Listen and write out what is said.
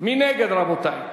מי נגד לחלופין ו'?